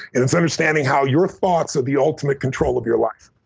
it's understanding how your thoughts are the ultimate control of your life.